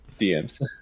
DMs